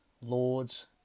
lords